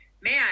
man